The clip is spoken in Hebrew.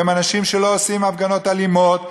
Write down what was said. והם אנשים שלא עושים הפגנות אלימות,